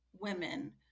women